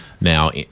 now